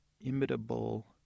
imitable